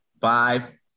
five